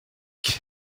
diane